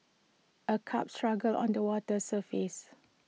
A carp struggles on the water's surface